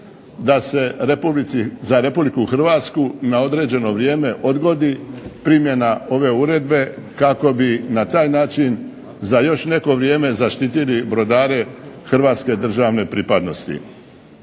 da se za Republiku Hrvatsku na određeno vrijeme odgodi primjena ove uredbe, kako bi na taj način za još neko vrijeme zaštitili brodare hrvatske državne pripadnosti.